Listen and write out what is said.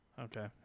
Okay